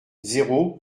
zéro